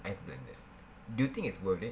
ice blended do think it's worth it